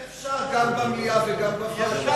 אבל איך אפשר גם במליאה וגם בוועדה?